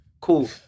Cool